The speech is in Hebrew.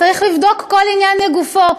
צריך לבדוק כל עניין לגופו,